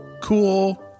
cool